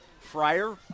Fryer